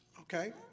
okay